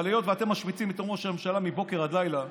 אבל היות שאתם משמיצים את ראש הממשלה מבוקר עד לילה,